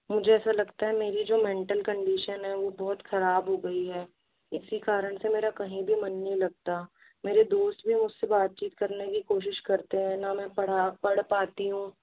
मुझे ऐसा लगता है मेरी जो मेंटल कंडीशन है वो बहुत खराब हो गई है इसी कारण से मेरा कहीं भी मन नहीं लगता मेरे दोस्त भी मुझसे बातचीत करने की कोशिश करते है ना मैं पढ़ा पढ़ पाती हूँ